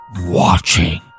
watching